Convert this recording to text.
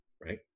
Right